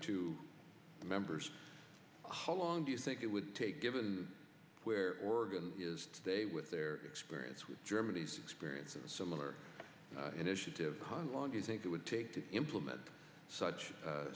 two members ha long do you think it would take given where oregon is today with their experience with germany's experience of a similar initiative long do you think it would take to implement such a